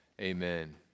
Amen